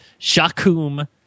Shakum